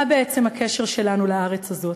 מה בעצם הקשר שלנו לארץ הזאת?